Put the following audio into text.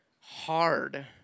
hard